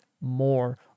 more